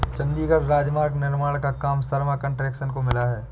चंडीगढ़ राजमार्ग निर्माण का काम शर्मा कंस्ट्रक्शंस को मिला है